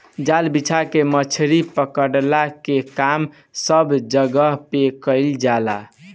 जाल बिछा के मछरी पकड़ला के काम सब जगह पे कईल जाला